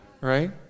Right